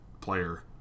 player